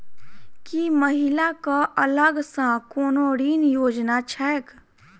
की महिला कऽ अलग सँ कोनो ऋण योजना छैक?